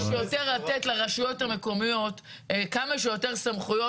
לתת לרשויות המקומיות כמה שיותר סמכויות,